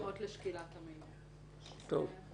אנחנו מתנגדים לזה